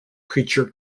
creature